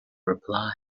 reply